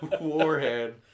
warhead